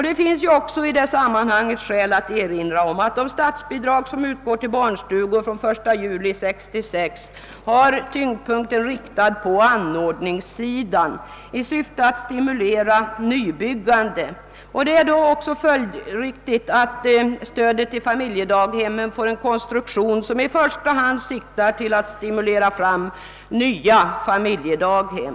Det finns också i sammanhanget skäl att erinra om att de statsbidrag som utgår till barnstugor från den 1 juli 1966 har tyngdpunkten lagd på anordningssidan, detta i syfte att stimulera nybyggandet. Då är det också följdriktigt att stödet till familjedaghemmen får en konstruktion som i första hand siktar på att stimulera tillkomsten av nya familjedaghem.